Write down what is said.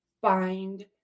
find